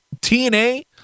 TNA